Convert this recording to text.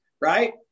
right